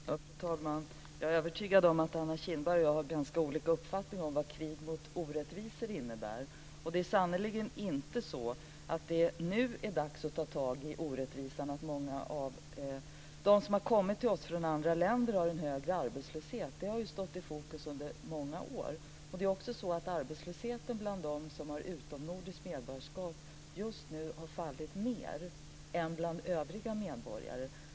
Fru talman! Jag är övertygad om att Anna Kinberg och jag har ganska olika uppfattning om vad krig mot orättvisor innebär. Det är sannerligen inte så att det nu är dags att ta tag i orättvisor. Att det bland många av dem som har kommit till oss från andra länder finns en högre arbetslöshet har stått i fokus under många år. Arbetslösheten bland dem som har utomnordiskt medborgarskap har fallit mer än bland övriga medborgare.